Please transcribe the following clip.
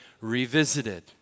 revisited